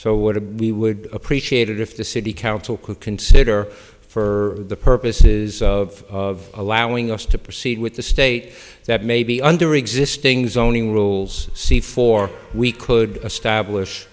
so what we would appreciate if the city council could consider for the purposes of allowing us to proceed with the state that may be under existing zoning rules see for we could establish